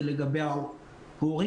זה לגבי ההורים,